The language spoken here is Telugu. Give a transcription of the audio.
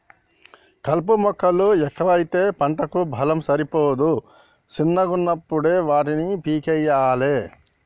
కలుపు మొక్కలు ఎక్కువైతే పంటకు బలం సరిపోదు శిన్నగున్నపుడే వాటిని పీకేయ్యలే